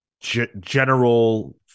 general